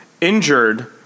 injured